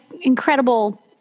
incredible